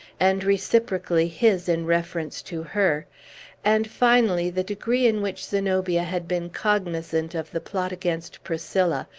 and, reciprocally, his in reference to her and, finally, the degree in which zenobia had been cognizant of the plot against priscilla,